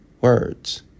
words